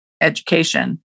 education